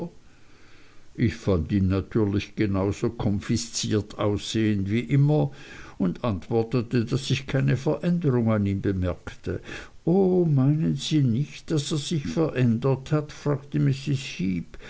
ich fand ihn natürlich genau so konfisziert aussehen wie immer und antwortete daß ich keine veränderung an ihm bemerkte o meinen sie nicht daß er sich verändert hat fragte mrs